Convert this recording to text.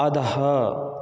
अधः